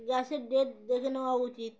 গ্যাসের ডেট দেখে নেওয়া উচিত